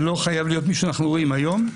זה לא חייב להיות מי שאנחנו רואים היום.